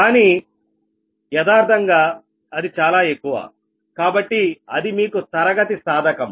కానీ యదార్థంగా అది చాలా ఎక్కువ కాబట్టి అది మీకు తరగతి సాధకము